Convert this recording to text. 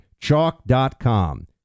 Chalk.com